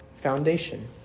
foundation